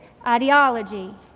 ideology